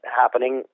happening